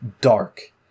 dark